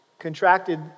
contracted